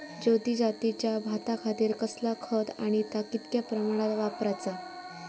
ज्योती जातीच्या भाताखातीर कसला खत आणि ता कितक्या प्रमाणात वापराचा?